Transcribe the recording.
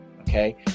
okay